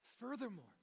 Furthermore